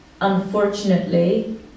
unfortunately